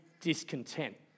discontent